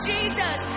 Jesus